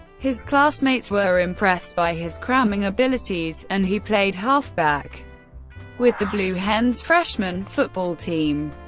his classmates were impressed by his cramming abilities, and he played halfback with the blue hens freshman football team.